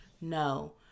no